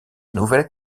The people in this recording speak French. nouvelle